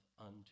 unto